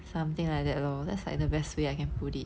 something like that lor that's like the best way I can put it